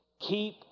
Keep